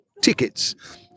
tickets